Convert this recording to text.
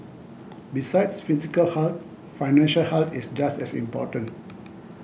besides physical health financial health is just as important